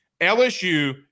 LSU